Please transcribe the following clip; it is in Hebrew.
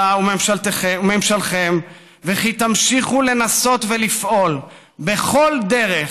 שלא תתייאש אתה וממשלכם ושתמשיכו לנסות ולפעול בכל דרך